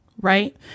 right